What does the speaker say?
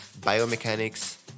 biomechanics